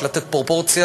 רק לתת פרופורציה,